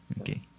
okay